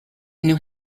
new